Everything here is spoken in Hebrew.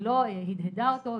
היא לא הדהדה אותו,